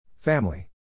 Family